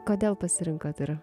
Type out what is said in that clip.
kodėl pasirinkot ir